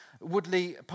Woodley